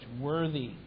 worthy